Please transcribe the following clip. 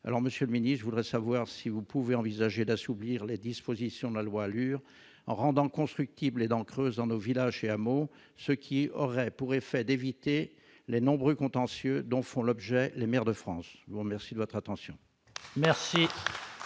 alors Monsieur Mini-je voudrais savoir si vous pouvez envisager d'assouplir les dispositions de la loi allure rendant constructibles et donc creusant nos villages et hameaux, ce qui aurait pour effet d'éviter les nombreux contentieux dont font l'objet les maires de France, je vous remercie de votre attention. Merci,